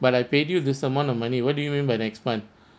but I paid you this amount of money what do you mean by next month